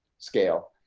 scale.